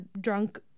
drunk